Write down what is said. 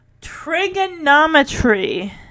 Trigonometry